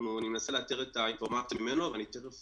אני מנסה לאתר את האינפורמציה ממנו, ואני תיכף